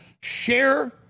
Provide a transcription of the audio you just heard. share